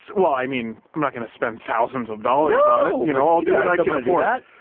well, i mean i'm not gonna spend thousands of dollars on it, you know, i'll do what i can afford.